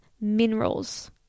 minerals